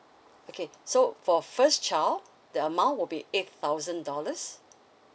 okay so for first child the amount would be eight thousand dollars